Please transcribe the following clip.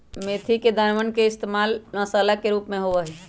मेथी के दानवन के इश्तेमाल मसाला के रूप में होबा हई